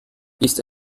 ist